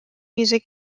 music